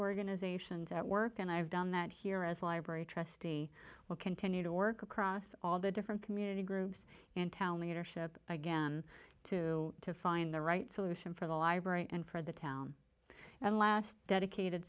organisations at work and i've done that here as a library trustee will continue to work across all the different community groups in town leadership again to to find the right solution for the library and for the town as a last dedicated